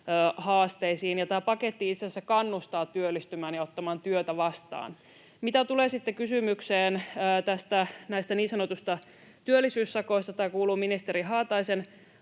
kohtaantohaasteisiin. Tämä paketti itse asiassa kannustaa työllistymään ja ottamaan työtä vastaan. Mitä tulee sitten kysymykseen niin sanotuista työllisyyssakoista, se kuuluu ministeri Haataisen